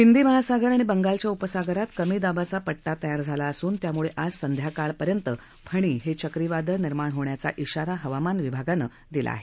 हिंदी महासागर आणि बंगालच्या उपसागरात कमी दाबाचा पट्टा तयार झाला असून त्यामुळे आज संध्याकाळपर्यंत फणी हे चक्रीवादळ निर्माण होण्याचा इशारा हवामान विभागानं दिला आहे